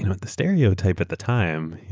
and but the stereotype at the time,